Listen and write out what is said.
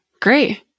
Great